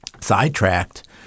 sidetracked